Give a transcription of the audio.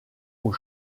aux